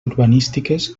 urbanístiques